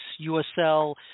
USL